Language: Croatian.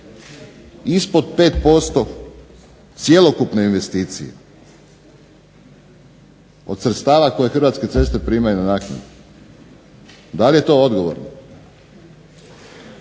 ispod 5% cjelokupne investicije, od sredstava koje Hrvatske ceste primaju za naknadu, da li je to odgovor?